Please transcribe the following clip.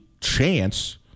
chance